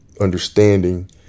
understanding